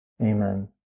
Amen